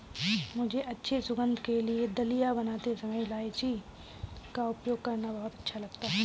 मुझे अच्छी सुगंध के लिए दलिया बनाते समय इलायची का उपयोग करना अच्छा लगता है